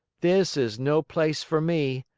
this is no place for me!